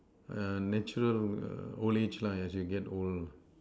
err natural err old age lah as you get old